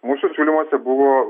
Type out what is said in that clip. mūsų pasiūlymuose buvo